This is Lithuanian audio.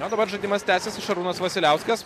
o dabar žaidimas tęsiasi šarūnas vasiliauskas